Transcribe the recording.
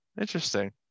interesting